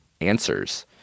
answers